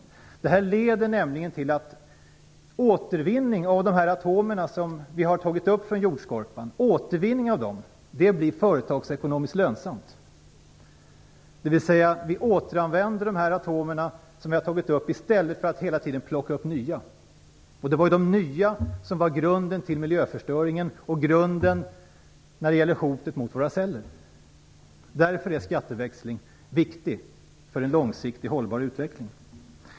Det leder nämligen till att återvinning av de atomer som vi har tagit upp från jordskorpan blir företagsekonomiskt lönsamt. Vi återanvänder de atomer vi har tagit upp i stället för att hela tiden plocka upp nya. Det var de nya som var grunden till miljöförstöringen och till hotet mot våra celler. Därför är skatteväxling viktigt för en långsiktig hållbar utveckling.